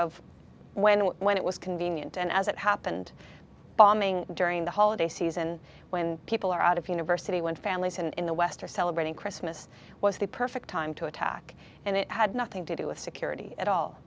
of when and when it was convenient and as it happened bombing during the holiday season when people are out of university when families and in the west are celebrating christmas was the perfect time to attack and it had nothing to do with security at all